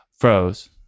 froze